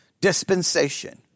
dispensation